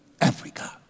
Africa